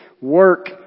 Work